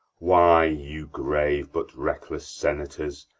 why, you grave but reckless senators,